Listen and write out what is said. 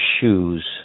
shoes